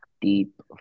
deep